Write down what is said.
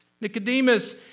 Nicodemus